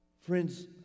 Friends